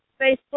Facebook